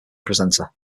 presenter